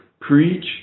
preach